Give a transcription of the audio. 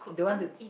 don't want to